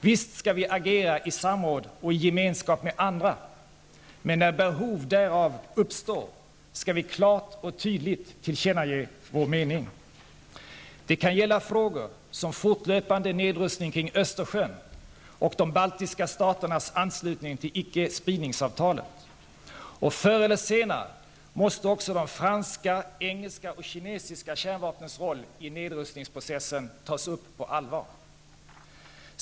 Visst skall vi agera i samråd och i gemenskap med andra, men när behov därav uppstår, skall vi klart och tydligt tillkännage vår mening. Det kan gälla frågor som fortlöpande nedrustning kring Östersjön och de baltiska staternas anslutning till ickespridningsavtalet. Förr eller senare måste också de franska, engelska och kinesiska kärnvapnens roll i nedrustningsprocessen tas upp på allvar.